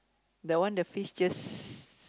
the one the fish just